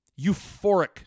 euphoric